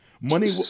Money